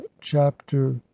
chapter